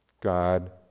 God